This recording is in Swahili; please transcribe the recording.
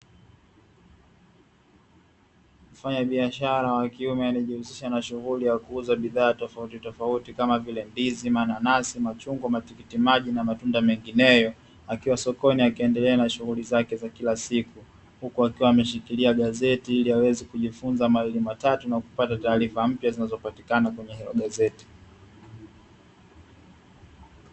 Mfanyabiashara wa kiume anayejihusisha na shughuli ya kuuza bidhaa tofauti tofauti kama vile; ndizi, mananasi, machungwa, matikitimaji na matunda mengineyo akiwa sokoni akiendelea na shughuli zake za kila siku huku akiwa ameshikilia gazeti ili aweze kujifunza mawili matatu na kupata taarifa mpya zinazopatikana kwenye hilo gazeti.